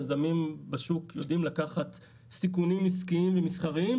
יזמים בשוק יודעים לקחת סיכונים עסקיים ומסחריים,